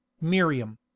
miriam